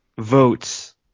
votes